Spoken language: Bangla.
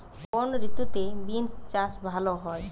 কোন ঋতুতে বিন্স চাষ ভালো হয়?